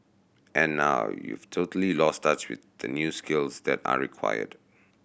and now you've totally lost touch with the new skills that are required